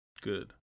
Good